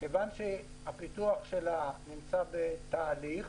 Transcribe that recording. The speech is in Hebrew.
כיוון שהפיתוח שלה נמצא בתהליך,